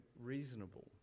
reasonable